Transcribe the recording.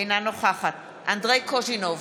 אינה נוכחת אנדרי קוז'ינוב,